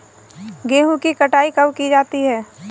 गेहूँ की कटाई कब की जाती है?